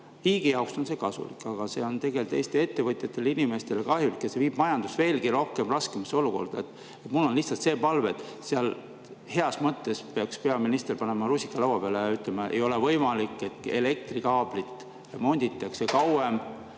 Riigi jaoks on see kasulik, aga see on tegelikult Eesti ettevõtjatele ja inimestele kahjulik ja viib majandust veelgi raskemasse olukorda. Mul on lihtsalt see palve, et seal peaks peaminister heas mõttes panema rusika laua peale ja ütlema: "Ei ole võimalik, et elektrikaablit remonditakse kauem